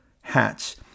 hats